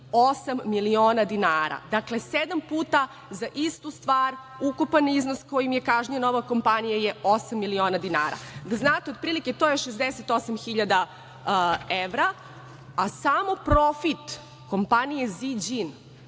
miliona dinara. Dakle, sedam puta za istu stvar ukupan iznos kojim je kažnjena ova kompanija je osam miliona dinara, da znate otprilike to je 68.000 evra, a samo profit kompanije „Ziđin“